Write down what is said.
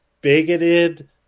bigoted